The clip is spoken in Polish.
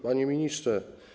Panie Ministrze!